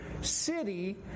city